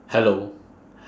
hello